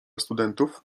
studentów